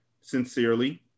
Sincerely